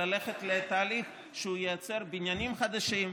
ללכת לתהליך שייצר בניינים חדשים,